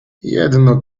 jedno